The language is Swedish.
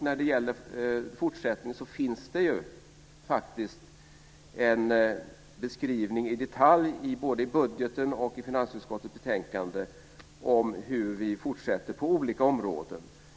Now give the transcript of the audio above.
När det gäller fortsättningen finns det faktiskt en beskrivning i detalj, både i budgeten och i finansutskottets betänkande, av hur vi fortsätter på olika områden.